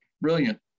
brilliant